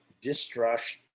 distrust